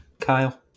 Kyle